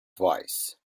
twice